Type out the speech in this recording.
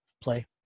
play